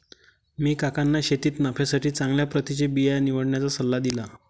मी काकांना शेतीत नफ्यासाठी चांगल्या प्रतीचे बिया निवडण्याचा सल्ला दिला